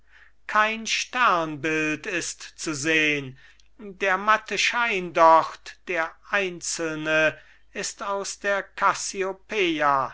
kein sternbild ist zu sehn der matte schein dort der einzelne ist aus der